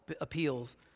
appeals